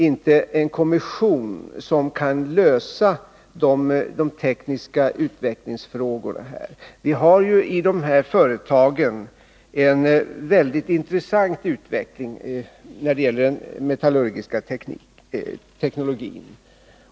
Men en kommission kan faktiskt inte lösa de tekniska utvecklingsfrågorna på området. Vi har ju i de här företagen en väldigt intressant utveckling när det gäller den metallurgiska teknologin.